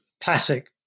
classic